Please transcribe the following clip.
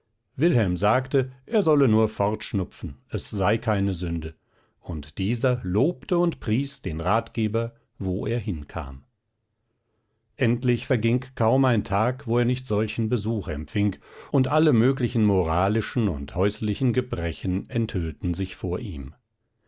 wilhelm sagte er solle nur fortschnupfen es sei keine sünde und dieser lobte und pries den ratgeber wo er hinkam endlich verging kaum ein tag wo er nicht solchen besuch empfing und alle möglichen moralischen und häuslichen gebrechen enthüllten sich vor ihm